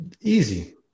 Easy